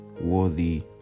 worthy